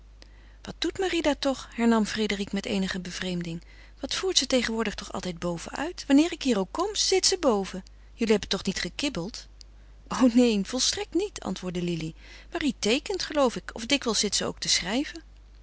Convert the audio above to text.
wat doet marie daar toch hernam frédérique met eenige bevreemding wat voert ze tegenwoordig toch altijd boven uit wanneer ik hier ook kom zit ze boven jullie hebben toch niet gekibbeld o neen volstrekt niet antwoordde lili marie teekent geloof ik of dikwijls zit ze ook te schrijven